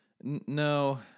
No